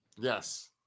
Yes